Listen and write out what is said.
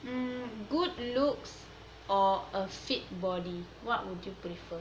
mm good looks or a fit body what would you prefer